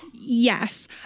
Yes